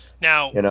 Now